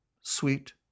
sweet